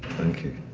thank you.